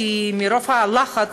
כי מרוב לחץ,